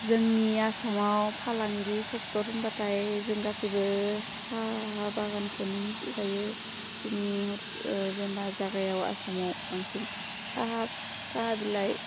जोंनि आसामाव फालांगि सेक्टर होनबाथाय जों गासैबो साहा बागानखौनो मिथिखायो बेनि हर जेनबा जागायाव आसामाव बांसिन साहा साहा बिलाइ